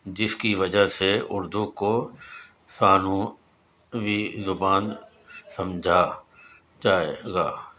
جس کی وجہ سے اردو کو سانوی زبان سمجھا جائے گا